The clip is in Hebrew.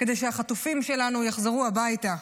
כדי שהחטופים שלנו יחזרו הביתה.